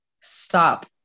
stop